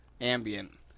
ambient